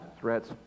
threats